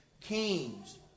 Kings